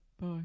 Bye